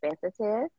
sensitive